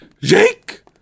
Jake